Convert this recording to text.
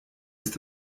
ist